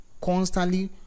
constantly